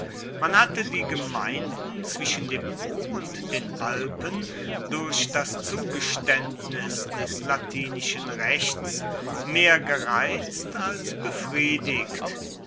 man hatte die gemeinden zwischen dem po und den alpen durch das zugeständnis des latinischen rechts mehr gereizt als befriedigt